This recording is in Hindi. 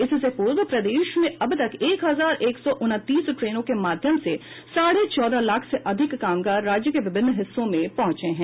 इससे पूर्व प्रदेश में अब तक एक हजार एक सौ उनतीस ट्रेनों के माध्यम से साढ़े चौदह लाख से अधिक कामगार राज्य के विभिन्न हिस्सों में पहुंचे हैं